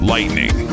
Lightning